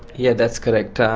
yeah that's correct. ah